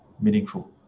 meaningful